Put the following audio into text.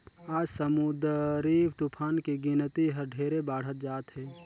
आज समुददरी तुफान के गिनती हर ढेरे बाढ़त जात हे